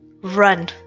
run